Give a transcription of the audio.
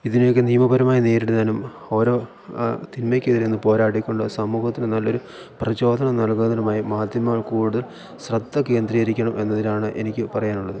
ഇതിനെയൊക്കെ നിയമപരമായി നേരിടുന്നതിനും ഓരോ തിന്മക്കെതിരെ നിന്ന് പോരാടിക്കൊണ്ട് സമൂഹത്തിന് നല്ലൊരു പ്രചോദനം നൽകുന്നതിനുമായി മാധ്യമങ്ങൾ കൂടുതൽ ശ്രദ്ധ കേന്ദ്രീകരിക്കണം എന്നതിലാണ് എനിക്ക് പറയാനുള്ളത്